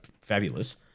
fabulous